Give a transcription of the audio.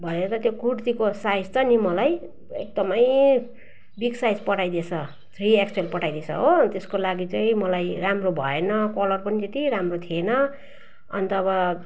भरे त त्यो कुर्तीको साइज त नि मलाई एकदमै बिग साइज पठाइदिएछ थ्री एक्स एल पठाइदिएछ हो त्यसको लागि चाहिँ मलाई राम्रो भएन कलर पनि त्यति राम्रो थिएन अन्त अब